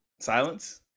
Silence